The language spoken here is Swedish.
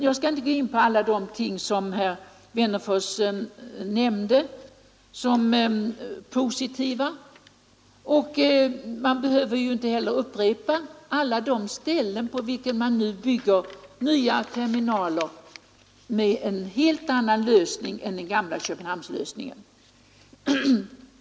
Jag skall inte gå in på alla de ting som herr Wennerfors nämnde som positiva och jag behöver heller inte upprepa namnen på alla de ställen där man nu bygger nya terminaler enligt en helt annan lösning än den gamla Köpenhamnslösningen.